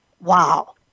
wow